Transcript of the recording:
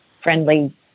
friendly